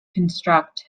construct